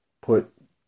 put